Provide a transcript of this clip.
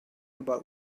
about